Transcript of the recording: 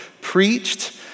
preached